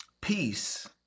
peace